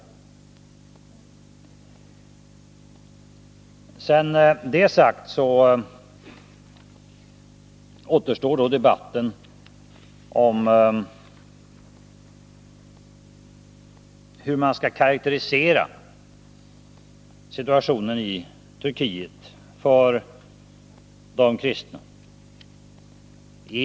Sedan detta sagts återstår debatten om hur man skall karakterisera situationen för de kristna i Turkiet.